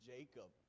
Jacob